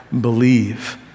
believe